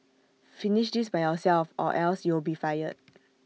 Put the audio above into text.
finish this by yourself or else you'll be fired